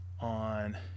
on